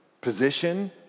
position